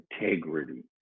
integrity